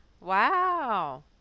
wow